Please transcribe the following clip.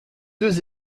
deux